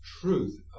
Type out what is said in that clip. truth